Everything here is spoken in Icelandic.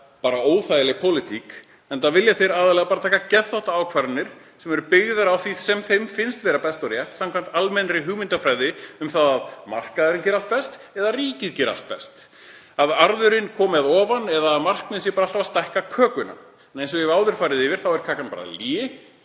bara óþægileg pólitík, enda vilja þeir aðallega taka geðþóttaákvarðanir sem eru byggðar á því sem þeim finnst vera best og rétt samkvæmt almennri hugmyndafræði um að markaðurinn geri allt best eða að ríkið geri allt best, að arðurinn komi að ofan eða að markmiðið sé alltaf að stækka kökuna. Eins og ég hef áður farið yfir þá er kakan bara lygi